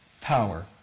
power